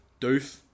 doof